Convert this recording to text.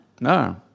No